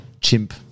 chimp